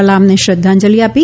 કલામને શ્રદ્ધાંજલી આપી